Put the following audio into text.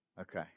Okay